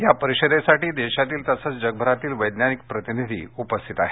या परिषदेसाठी देशातील तसंच जगभरातील वैज्ञानिक प्रतिनिधी उपस्थित आहेत